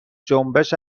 جنبش